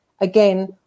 again